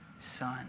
Son